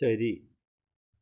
ശരി